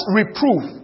reproof